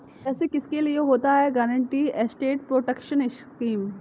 वैसे किसके लिए होता है गारंटीड एसेट प्रोटेक्शन स्कीम?